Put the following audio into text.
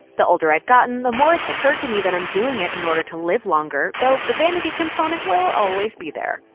the older i've gotten, the more it's occurred to me that i'm doing it in order to live longer, though the vanity component will always be there.